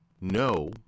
No